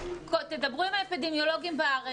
תדברו עם האפידמיולוגים בארץ,